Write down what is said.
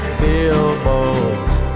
billboards